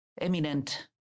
eminent